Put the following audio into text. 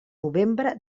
novembre